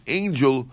angel